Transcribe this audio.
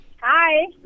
Hi